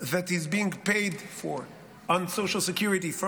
that is being paid for on social security,